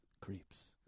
creeps